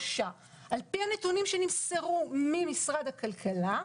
על פי הנתונים שנמסרו ממשרד הכלכלה,